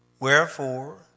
Wherefore